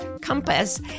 compass